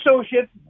associate